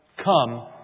come